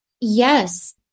Yes